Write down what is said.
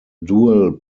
dual